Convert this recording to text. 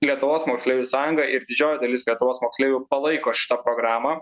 lietuvos moksleivių sąjunga ir didžioji dalis lietuvos moksleivių palaiko šitą programą